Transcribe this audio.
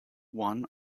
one